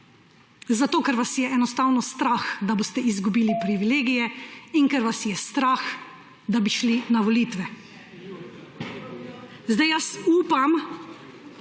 Ker vas je enostavno strah, da boste izgubili privilegije in ker vas je strah, da bi šli na volitve. Jaz upam,